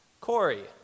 Corey